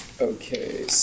Okay